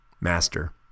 Master